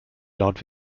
laut